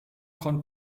kommt